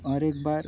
और एक बार